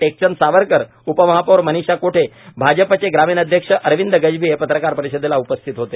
टेकचंद सावरकर उपमहापौर मनीषा कोठे भाजपचे ग्रामीण अध्यक्ष अरविंद गजभिय पत्रकार परिषदेला उपस्थित होते